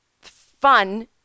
fun